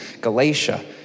Galatia